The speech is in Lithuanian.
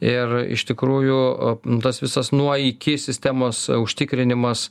ir iš tikrųjų tas visas nuo iki sistemos užtikrinimas